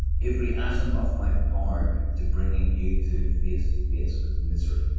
every atom of my power, to bringing you two face to face with misery.